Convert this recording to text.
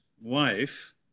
wife